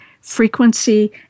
frequency